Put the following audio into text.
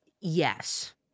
yes